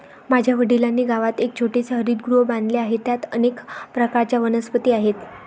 माझ्या वडिलांनी गावात एक छोटेसे हरितगृह बांधले आहे, त्यात अनेक प्रकारच्या वनस्पती आहेत